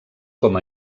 com